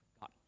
God